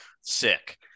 Sick